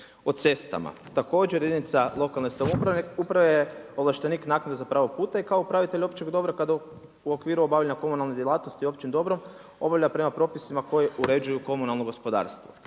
o cestama. Također, jedinica lokalne samouprave je ovlaštenik naknade za pravo puta i kao upravitelj općeg dobra kada u okviru obavlja komunalne djelatnosti općim dobrom, obavlja prema propisima koje uređuju komunalno gospodarstvo.